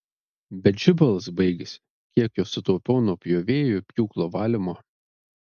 bet žibalas baigėsi kiek jo sutaupiau nuo pjovėjų pjūklo valymo